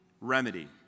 remedy